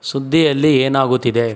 ಸುದ್ದಿಯಲ್ಲಿ ಏನಾಗುತ್ತಿದೆ